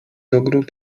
ogród